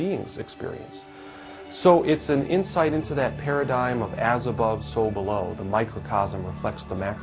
beings experience so it's an insight into that paradigm of as above so below the microcosm of what's the ma